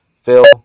Phil